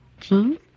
Jeans